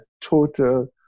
total